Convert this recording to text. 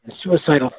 suicidal